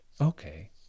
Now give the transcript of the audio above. Okay